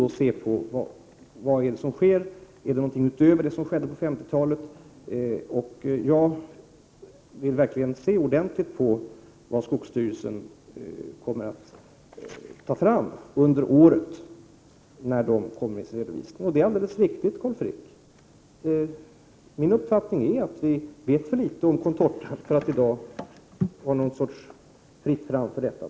Därför vill man ta reda på vad det är som sker. Kan det som nu sker anses vara mer omfattande än det som skedde på 50-talet? Jag vill alltså verkligen noggrant studera det material som skogsstyrelsen kommer att ta fram under året i samband med redovisningen i detta sammanhang. Det är alldeles riktigt, Carl Frick, att vi vet för litet om contortan för att i dag kunna säga att det är fritt fram för denna.